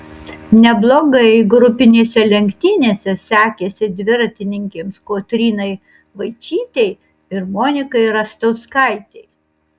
neblogai grupinėse lenktynėse sekėsi dviratininkėms kotrynai vaičytei ir monikai rastauskaitei